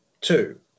Two